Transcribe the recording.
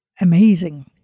amazing